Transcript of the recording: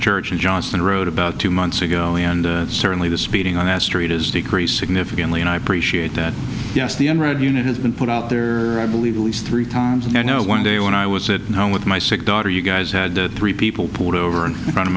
church and johnson wrote about two months ago and certainly the speeding on asteroid has decreased significantly and i appreciate that yes the inroad unit has been put out there i believe at least three times and i know one day when i was at home with my sick daughter you guys had three people pulled over in front of